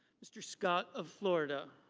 mr. scott of florida.